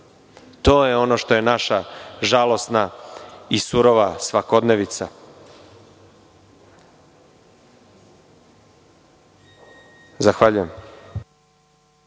To je ono što je naša žalosna i surova svakodnevnica. Zahvaljujem.